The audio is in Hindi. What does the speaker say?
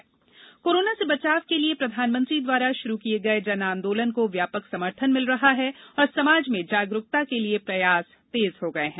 जन आंदोलन कोरोना से बचाव के लिए प्रधानमंत्री द्वारा शुरू किये गये जन आंदोलन को व्यापक समर्थन मिल रहा है और समाज में जागरूकता के लिए प्रयास तेज हो गये है